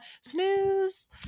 snooze